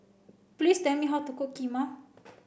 please tell me how to cook Kheema